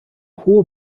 hohe